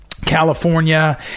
California